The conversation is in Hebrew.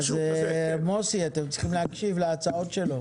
כדאי שתקשיבו.